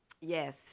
Yes